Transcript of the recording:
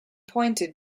pointed